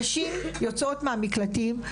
נשים יוצאות מהמקלטים,